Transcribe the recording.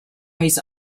his